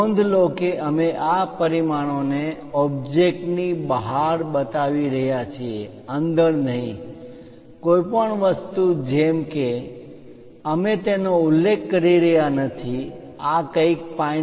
નોંધ લો કે અમે આ પરિમાણોને ઓબ્જેક્ટ ની બહાર બતાવી રહ્યા છીએ અંદર નહીં કોઈ વસ્તુ જેમ કે અમે તેનો ઉલ્લેખ કરી રહ્યાં નથી આ કંઈક 5